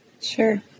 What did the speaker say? Sure